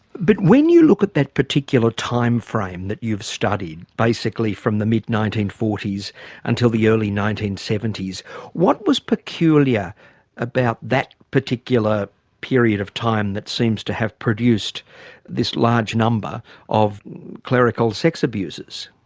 but when you look at that particular time frame that you've studied basically from the mid nineteen forty s until the early nineteen seventy s what was peculiar about that particular period of time that seems to have produced this large number of clerical sex abusers?